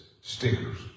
stickers